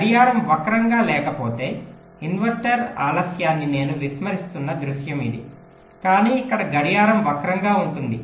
గడియారం వక్రంగా లేకపోతే ఇన్వర్టర్ ఆలస్యాన్ని నేను విస్మరిస్తున్న దృశ్యం ఇది కానీ ఇక్కడ గడియారం వక్రంగా ఉంటుంది